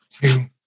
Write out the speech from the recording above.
Two